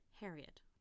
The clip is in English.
Harriet